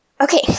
Okay